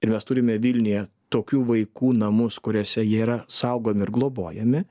ir mes turime vilniuje tokių vaikų namus kuriuose jie yra saugomi ir globojami